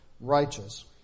righteous